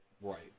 Right